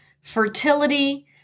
fertility